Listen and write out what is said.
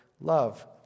love